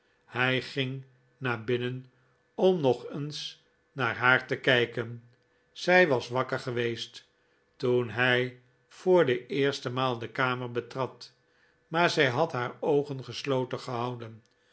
hij ging naar binnen om nog eens naar haar te kijken zij was wakker geweest toen hij voor de eerste maal de kamer betrad maar zij had haar oogen gesloten gehouden